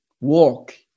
walk